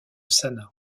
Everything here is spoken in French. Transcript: sana